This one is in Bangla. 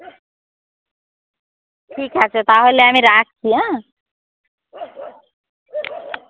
ঠিক আছে তাহলে আমি রাখছি হ্যাঁ